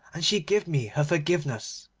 and she give me her forgiveness